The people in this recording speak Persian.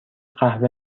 قهوه